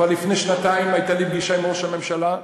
כבר לפני שנתיים הייתה לי פגישה עם ראש הממשלה,